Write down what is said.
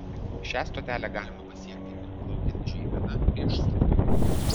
šią stotelę galima pasiekti ir plaukiant žeimena prieš srovę